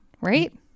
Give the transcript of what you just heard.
Right